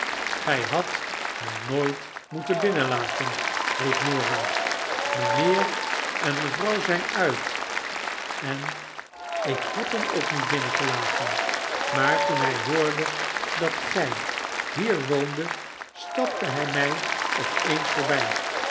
gy hadt hem nooit moeten binnenlaten riep norah mpheer en mevrouw zp uit en ik heb hem ook niet binnengelaten maar toen hij hoorde dat gy hier woondet stapte hy my op eens voorby